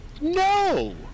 no